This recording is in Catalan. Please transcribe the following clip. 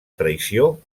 traïció